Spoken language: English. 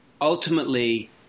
ultimately